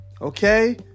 Okay